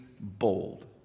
Bold